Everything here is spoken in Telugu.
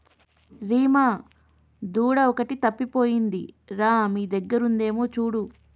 రీమా దూడ ఒకటి తప్పిపోయింది రా మీ దగ్గర ఉందేమో చూడు